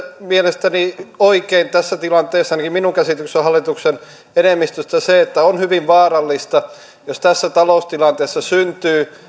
mielestäni oikein tässä tilanteessa ainakin minun käsitykseni mukaan hallituksen enemmistöstä se on hyvin vaarallista jos tässä taloustilanteessa syntyy